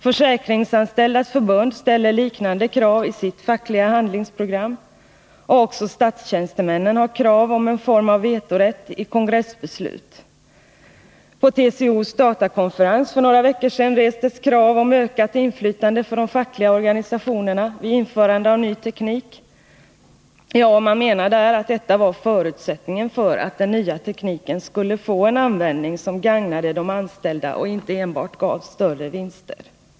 Försäkringsanställdas förbund ställer liknande krav i sitt fackliga handlingsprogram, och också statstjänstemännen framför krav om en form av vetorätt i kongressbeslut. På TCO:s datakonferens för några veckor sedan restes krav om ökat inflytande för de fackliga organisationerna vid införande av ny teknik — ja, man menade att detta var förutsättningen för att den nya tekniken skulle komma till användning på ett sätt som gagnade de anställda och inte enbart gav större vinster.